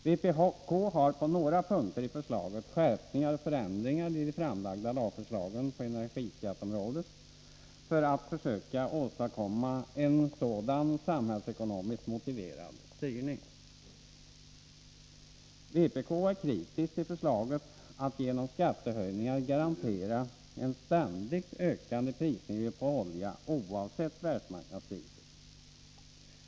Vpk har på några punkter föreslagit skärpningar och förändringar i de framlagda lagförslagen på energiskatteområdet för att försöka åstadkomma en sådan samhällsekonomiskt motiverad styrning. Vpk är kritiskt till förslaget att genom skattehöjningar garantera en ständigt ökande prisnivå för oljan oavsett världsmarknadspriset.